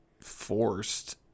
forced